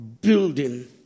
building